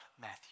Matthew